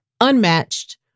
unmatched